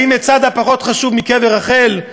האם מצדה חשובה מקבר רחל,